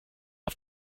auf